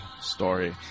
story